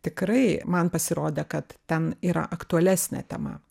tikrai man pasirodė kad ten yra aktualesnė tema